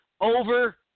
over